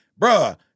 bruh